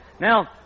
Now